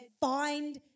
find